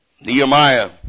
Nehemiah